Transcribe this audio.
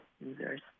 users